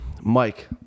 Mike